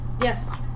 Yes